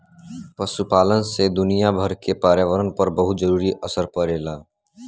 पशुपालन से दुनियाभर के पर्यावरण पर बहुते जरूरी असर पड़ेला